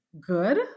good